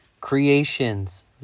creations